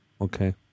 Okay